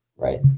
Right